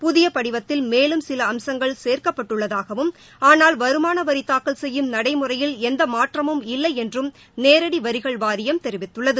புதிய படிவத்தில் மேலும் சில அம்சங்கள் சேர்க்கப்பட்டுள்ளதாகவும் ஆனால் வருமானவரி தாக்கல் செய்யும் நடைமுறையில் எந்த மாற்றமும் இல்லை என்றும் நேரடி வரிகள் வாரியம் தெரிவித்துள்ளது